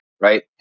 Right